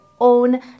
own